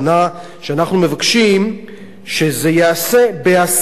שאנחנו מבקשים שזה ייעשה בהסכמה,